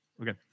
Okay